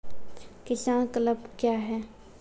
किसान क्लब क्या हैं?